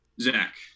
zach